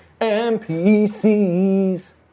NPCs